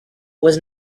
was